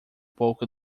pouco